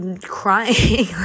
crying